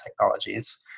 technologies